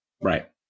Right